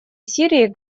сирии